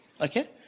Okay